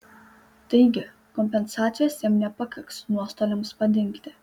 taigi kompensacijos jam nepakaks nuostoliams padengti